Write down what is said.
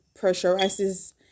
pressurizes